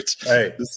Hey